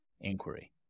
inquiry